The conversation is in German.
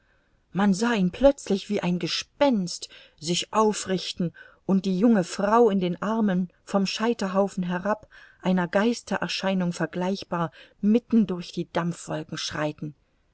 man sah ihn plötzlich wie ein gespenst sich aufrichten und die junge frau in den armen vom scheiterhaufen herab einer geistererscheinung vergleichbar mitten durch die dampfwolken schreiten